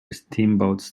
steamboats